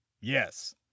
Yes